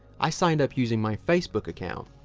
i signed up using my facebook account.